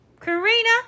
Karina